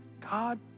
God